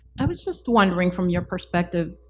i was just wondering, from your prospective,